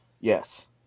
Yes